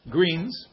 Greens